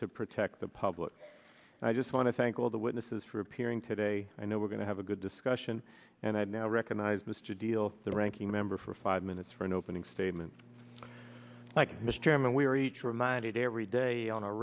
to protect the public and i just want to thank all the witnesses for appearing today i know we're going to have a good discussion and i now recognize mr deal the ranking member for five minutes for an opening statement like mr chairman we were each reminded every day on a